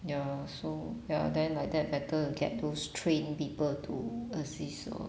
ya so ya then like that better get to trained people to assist lor